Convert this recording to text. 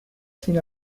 sin